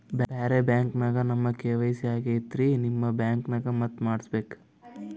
ಬ್ಯಾರೆ ಬ್ಯಾಂಕ ನ್ಯಾಗ ನಮ್ ಕೆ.ವೈ.ಸಿ ಆಗೈತ್ರಿ ನಿಮ್ ಬ್ಯಾಂಕನಾಗ ಮತ್ತ ಮಾಡಸ್ ಬೇಕ?